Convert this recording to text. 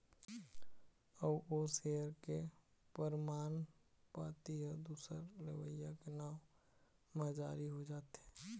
अउ ओ सेयर के परमान पाती ह दूसर लेवइया के नांव म जारी हो जाथे